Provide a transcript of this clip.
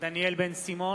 דניאל בן-סימון,